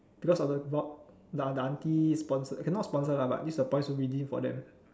because of the the aunt auntie sponsor okay not sponsor lah but use the points to redeem for them